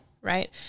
right